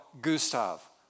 Gustav